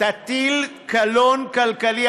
תטיל קלון כלכלי,